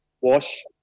wash